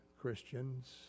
Christians